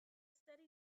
steady